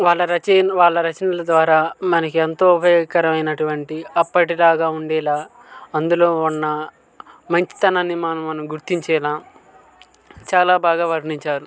వాళ్ళ రచనలు వాళ్ళ రచనల ద్వారా మనకు ఎంతో ఉపయోగకరము అయినటువంటి అప్పటిలాగా ఉండేలా అందులో ఉన్న మంచితనాన్ని మనం గుర్తించేలా చాలా బాగా వర్ణించారు